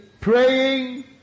praying